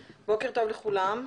בוקר טוב לכולם.